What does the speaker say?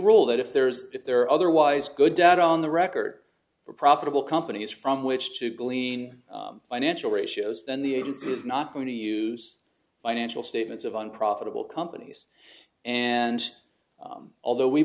rule that if there's if there are otherwise good dad on the record for profitable companies from which to glean financial ratios then the agency is not going to use financial statements of unprofitable companies and although we